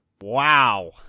Wow